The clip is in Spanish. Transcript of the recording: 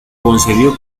concedió